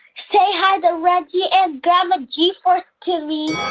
say hi to reggie and grandma g-force to me